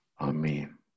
Amen